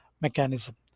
mechanism